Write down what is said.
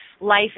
life